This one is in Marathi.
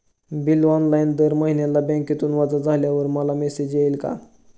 बिल ऑनलाइन दर महिन्याला बँकेतून वजा झाल्यावर मला मेसेज येईल का?